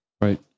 Right